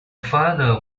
father